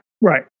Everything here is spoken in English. Right